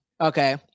Okay